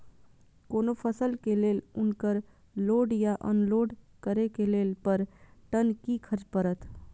कोनो फसल के लेल उनकर लोड या अनलोड करे के लेल पर टन कि खर्च परत?